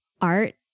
Art